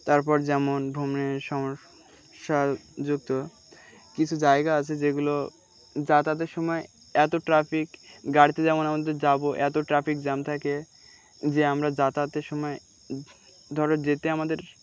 তারপর যেমন ভ্রমণের সমস্যাযুক্ত কিছু জায়গা আছে যেগুলো যাতায়াতের সময় এত ট্রাফিক গাড়িতে যেমন আমাদের যাবো এত ট্রাফিক জাম থাকে যে আমরা যাতায়াতের সময় ধরো যেতে আমাদের